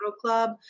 club